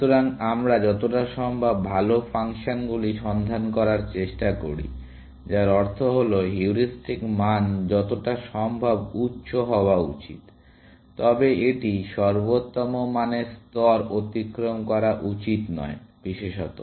সুতরাং আমরা যতটা সম্ভব ভাল ফাংশনগুলি সন্ধান করার চেষ্টা করি যার অর্থ হল হিউরিস্টিক মান যতটা সম্ভব উচ্চ হওয়া উচিত তবে এটি সর্বোত্তম মানের স্তর অতিক্রম করা উচিত নয় বিশেষত